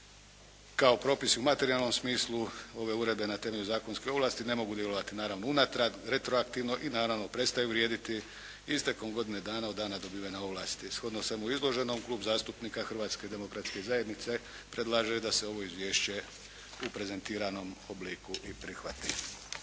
Kao propisi u materijalnom smislu ove uredbe na temelju zakonske ovlasti, ne mogu djelovati naravno unatrag retroaktivno i naravno prestaju vrijediti istekom godine dana od dana dobivanja ovlasti. Shodno svemu izloženom Klub zastupnika Hrvatske demokratske zajednice predlaže da se ovo izvješće u prezentiranom obliku i prihvati.